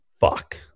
fuck